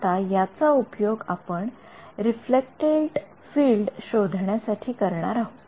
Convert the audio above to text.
आता याचा उपयोग आपण रिफ्लेक्टड फील्ड शोधण्या साठी करणार आहोत